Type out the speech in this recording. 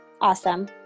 awesome